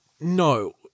No